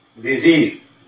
disease